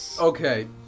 okay